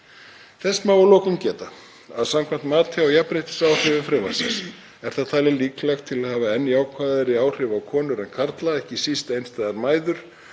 Þess má að lokum geta að samkvæmt mati á jafnréttisáhrifum frumvarpsins er það talið líklegt til að hafa enn jákvæðari áhrif á konur en karla, ekki síst einstæðar mæður,